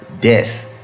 death